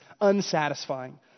unsatisfying